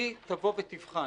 שהיא תבחן